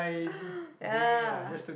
ya